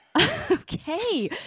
Okay